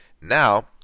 Now